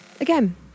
again